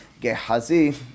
Gehazi